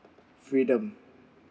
freedom